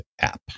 app